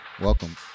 Welcome